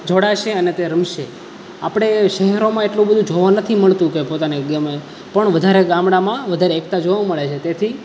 જોડાશે અને તે રમશે આપણે શહેરોમાં એટલું બધુ જોવા નથી મળતું કે પોતાને ગમે પણ વધારે ગામડામાં વધારે એકતા જોવા મળે છે તેથી